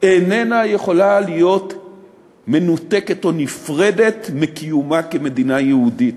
איננה יכולה להיות מנותקת או נפרדת מקיומה כמדינה יהודית.